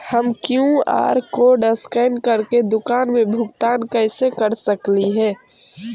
हम QR code scan करके दुकान में भुगतान कैसे कर सकली हे?